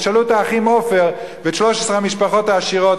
תשאלו את האחים עופר ו-13 המשפחות העשירות